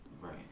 Right